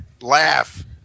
laugh